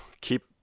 keep